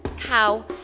Cow